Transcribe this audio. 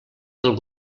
del